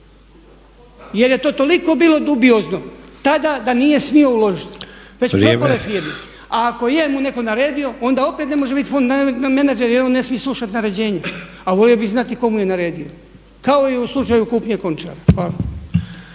Jer je to toliko bilo dubiozno tada da nije smio uložiti, već propala firma. A ako je mu netko naredio onda opet ne može biti fond menadžer jer on ne smije slušati naređenja. A volio bih znati tko mu je naredio. Kao i u slučaju kupnje Končara.